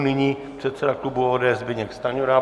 Nyní předseda klubu ODS Zbyněk Stanjura.